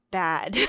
bad